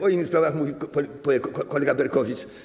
O innych sprawach powie kolega Berkowicz.